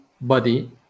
body